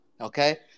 okay